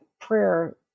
prayer